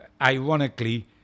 Ironically